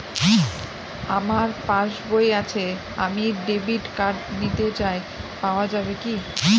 আমার পাসবই আছে আমি ডেবিট কার্ড নিতে চাই পাওয়া যাবে কি?